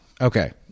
okay